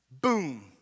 Boom